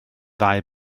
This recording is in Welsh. ddau